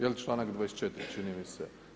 Jel članaka 24. čini mi se.